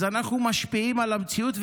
אז אנחנו משפיעים על המציאות.